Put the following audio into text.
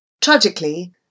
Tragically